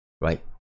right